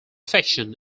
fiction